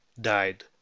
died